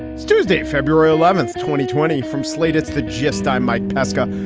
it's tuesday, february eleventh, twenty twenty from slate's the gist. i'm mike pesca.